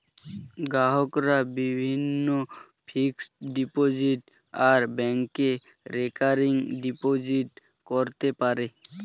গ্রাহকরা বিভিন্ন fixed deposit আর ব্যাংকে রেকারিং ডিপোজিট করতে পারে